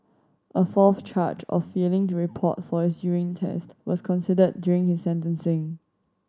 a fourth charge of failing to report for his urine test was considered during his sentencing